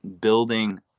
building